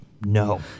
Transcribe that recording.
No